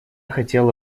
хотела